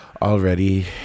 already